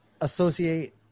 associate